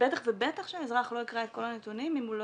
בטח ובטח שהאזרח לא יקרא את כל הנתונים אם הוא לא